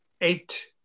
eight